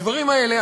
הדברים האלה,